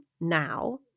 now